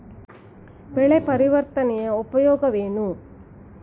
ಬೆಳೆ ಪರಿವರ್ತನೆಯ ಉಪಯೋಗವೇನು?